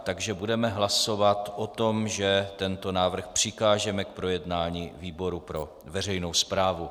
Takže budeme hlasovat o tom, že tento návrh přikážeme k projednání výboru pro veřejnou správu.